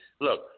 look